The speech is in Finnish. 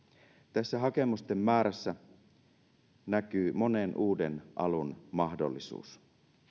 tässä hakemusten määrässä näkyy monen uuden alun mahdollisuus